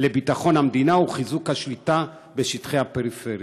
לביטחון המדינה, וחיזוק השליטה בשטחי הפריפריה.